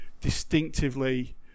distinctively